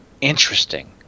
interesting